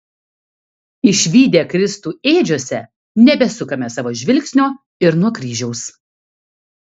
išvydę kristų ėdžiose nebesukame savo žvilgsnio ir nuo kryžiaus